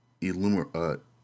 illuminate